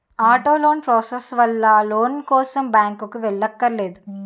auto loan process వల్ల loan కోసం బ్యాంకుకి వెళ్ళక్కర్లేదు